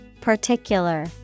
Particular